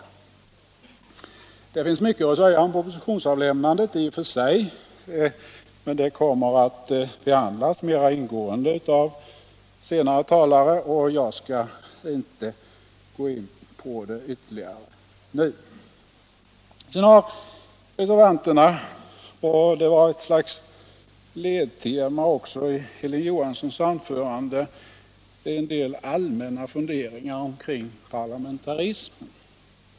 Det finns i och för sig mycket att säga om propositionsavlämnandet, men den frågan kommer att behandlas mera ingående av senare talare, så jag skall inte ytterligare gå in på den nu. Reservanterna har — och det var ett ledmotiv också i Hilding Johanssons anförande — en del allmänna funderingar omkring parlamentarismen.